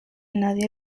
nadie